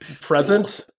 present